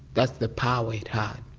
that's the power it had.